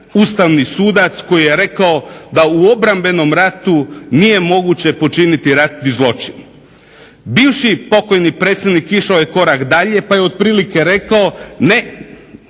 ustavni sudac koji je rekao da u obrambenom ratu nije moguće počiniti ratni zločin. Bivši pokojni predsjednik išao je korak dalje pa je otprilike rekao ne,